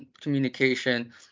communication